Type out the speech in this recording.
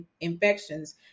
infections